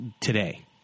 today